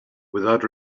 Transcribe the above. without